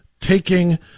taking